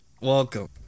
welcome